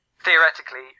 theoretically